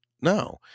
No